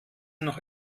noch